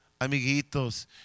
amiguitos